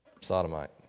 Sodomite